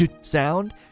sound